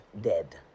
dead